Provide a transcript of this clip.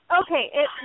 okay